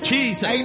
Jesus